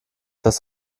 das